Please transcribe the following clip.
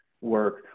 work